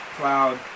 Cloud